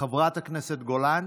חברת הכנסת גולן,